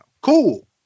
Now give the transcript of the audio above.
Cool